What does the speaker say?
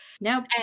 Nope